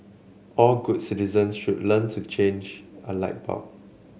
all good citizens should learn to change a light bulb